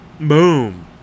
Boom